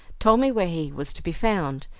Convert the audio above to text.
told me where he was to be found,